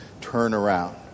turnaround